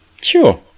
Sure